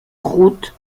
route